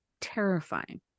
terrifying